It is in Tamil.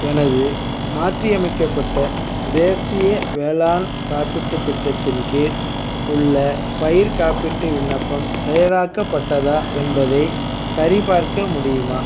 எனது மாற்றியமைக்கப்பட்ட தேசிய வேளாண் காப்பீட்டுத் திட்டத்தின் கீழ் உள்ள பயிர் காப்பீட்டு விண்ணப்பம் செயலாக்கப்பட்டதா என்பதைச் சரிபார்க்க முடியுமா